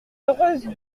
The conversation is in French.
heureuse